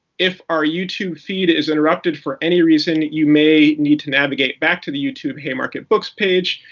if our youtube feed is interrupted for any reason, you may need to navigate back to the youtube haymarket books page.